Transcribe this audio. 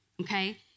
okay